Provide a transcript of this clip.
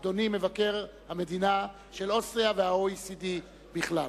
אדוני מבקר המדינה של אוסטריה וה-OECD בכלל.